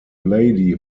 lady